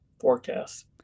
forecast